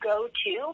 go-to